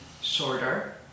shorter